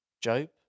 Job